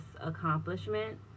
accomplishment